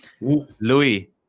Louis